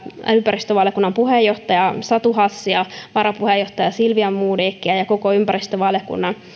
ympäristövaliokunnan puheenjohtajaa satu hassia varapuheenjohtajaa silvia modigia ja koko ympäristövaliokunnan